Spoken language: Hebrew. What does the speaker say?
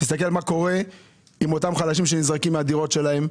תסתכל מה קורה עם אותם חלשים שנזרקים מהדירות שלהם.